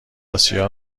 آسیا